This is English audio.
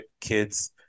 kids